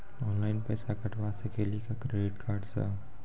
Online पैसा कटवा सकेली का क्रेडिट कार्ड सा?